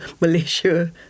Malaysia